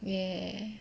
ya